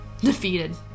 defeated